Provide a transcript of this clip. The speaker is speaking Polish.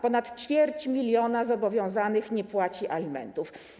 Ponad ćwierć miliona zobowiązanych nie płaci alimentów.